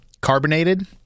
carbonated